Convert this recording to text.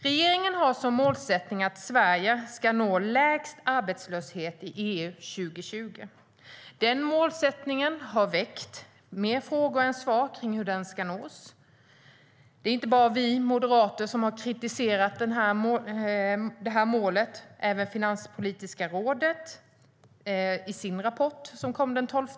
Regeringen har som målsättning att Sverige ska nå lägst arbetslöshet i EU till 2020. Fler frågor än svar har väckts när det gäller hur den målsättningen ska nås. Det är inte bara vi moderater som har kritiserat det målet. Även Finanspolitiska rådet gör det i sin rapport som kom den 12 maj.